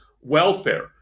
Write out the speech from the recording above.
welfare